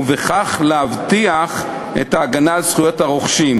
ובכך להבטיח את ההגנה על זכויות הרוכשים.